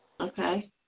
Okay